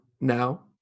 now